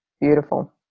beautiful